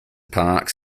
parks